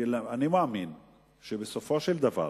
אני מאמין שבסופו של דבר,